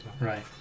right